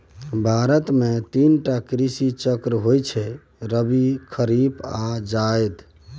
भारत मे तीन टा कृषि चक्र होइ छै रबी, खरीफ आ जाएद